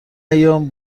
ایام